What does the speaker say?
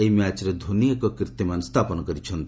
ଏହି ମ୍ୟାଚ୍ରେ ଧୋନି ଏକ କୀର୍ଭିମାନ ସ୍ଥାପନ କରିଛନ୍ତି